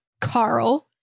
carl